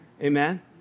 Amen